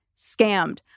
scammed